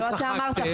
וצחקתם.